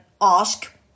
ask